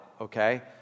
okay